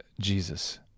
jesus